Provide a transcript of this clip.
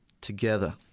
together